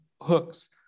hooks